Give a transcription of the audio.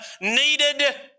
needed